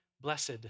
blessed